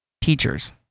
teachers